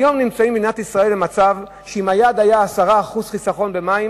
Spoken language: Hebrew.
היום נמצאים במדינת ישראל במצב שאם היעד היה 10% חיסכון במים,